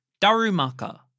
Darumaka